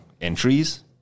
entries